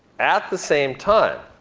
at the same time,